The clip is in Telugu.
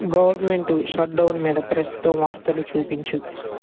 గవర్నమెంట్ షట్డౌన్ మీద ప్రస్తుతం వార్తలు చూపించు